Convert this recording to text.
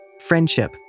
friendship